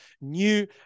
new